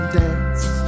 dance